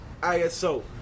ISO